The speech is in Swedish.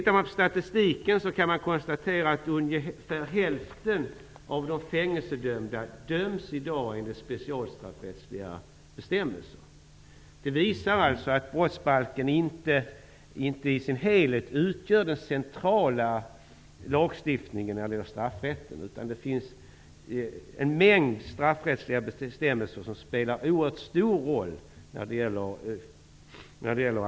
Av statistiken framgår att ungefär hälften av de fängelsedömda döms i dag enligt specialstraffrättsliga bestämmelser. Det visar att brottsbalken inte i sin helhet utgör den centrala lagstiftningen när det gäller straffrätten, utan det finns en mängd straffrättsliga bestämmelser som spelar en oerhört stor roll när det gäller fängelsedomar.